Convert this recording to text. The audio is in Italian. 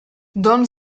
don